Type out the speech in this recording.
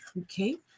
Okay